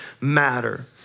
matter